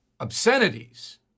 obscenities